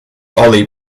ollie